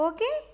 Okay